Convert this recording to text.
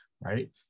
Right